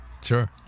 sure